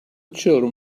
children